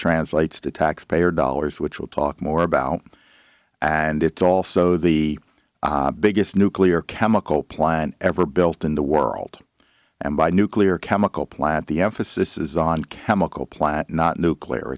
translates to taxpayer dollars which we'll talk more about and it's also the biggest nuclear chemical plant ever built in the world and by nuclear chemical plant the emphasis is on chemical plant not nuclear